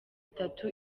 itatu